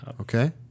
Okay